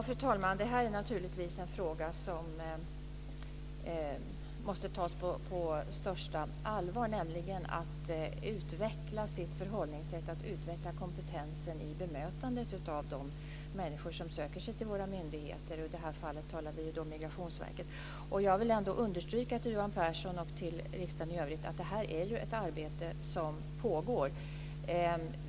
Fru talman! Det här är naturligtvis en fråga som måste tas på största allvar. Det handlar om att utveckla sitt förhållningssätt, att utveckla kompetensen i bemötandet av de människor som söker sig till sina myndigheter - i det här fallet talar vi alltså om Jag vill ändå understryka för Johan Pehrson och riksdagen i övrigt att det här är ett arbete som pågår.